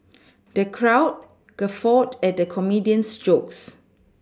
the crowd guffawed at the comedian's jokes